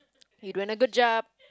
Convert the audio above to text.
you doing a good job